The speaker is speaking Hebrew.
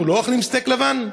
אנחנו לא אוכלים סטייק לבן?